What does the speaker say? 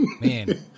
man